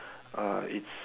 uh it's